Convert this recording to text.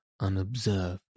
unobserved